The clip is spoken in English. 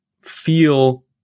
feel